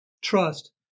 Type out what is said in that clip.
trust